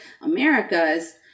Americas